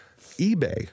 eBay